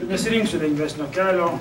nesirinksiu lengvesnio kelio